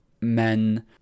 men